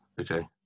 Okay